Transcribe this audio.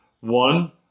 One